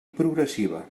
progressiva